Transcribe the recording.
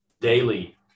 daily